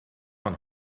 man